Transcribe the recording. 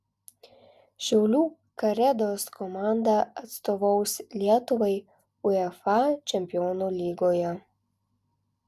šiaulių karedos komanda atstovaus lietuvai uefa čempionų lygoje